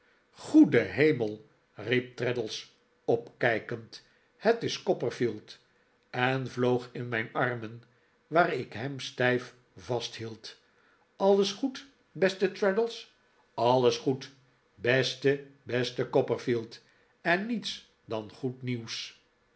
goede hemel riep traddles opkijkend het is copperfield en vloog in mijn armen waar ik hem stijf vasthield alles goed beste traddles alles goed beste beste copperfield en niets dan goed nieuws